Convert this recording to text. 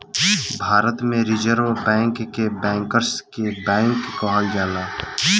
भारत में reserve bank के bankers के बैंक कहल जाला